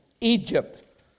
Egypt